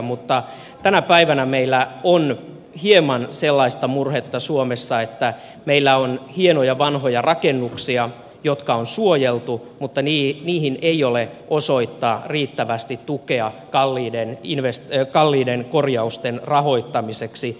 mutta tänä päivänä meillä on hieman sellaista murhetta suomessa että meillä on hienoja vanhoja rakennuksia jotka on suojeltu mutta niihin ei ole osoittaa riittävästi tukea kalliiden korjausten rahoittamiseksi